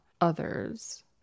others